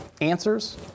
answers